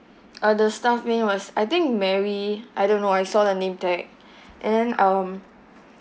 uh the staff name was I think mary I don't know I saw the name tag and then um